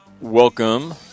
welcome